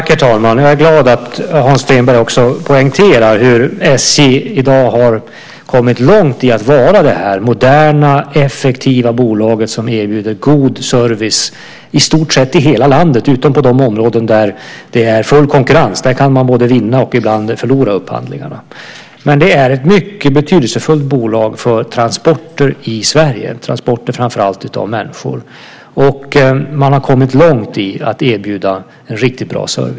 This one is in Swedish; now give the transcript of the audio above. Herr talman! Jag är glad över att Hans Stenberg poängterar hur SJ i dag har kommit långt i att vara detta moderna och effektiva bolag som erbjuder god service i hela landet i stort sett, utom i de områden där det är full konkurrens. Där kan man både vinna och ibland förlora upphandlingarna. Men det är ett mycket betydelsefullt bolag för transporter av framför allt människor i Sverige. Man har kommit långt när det gäller att erbjuda en riktigt bra service.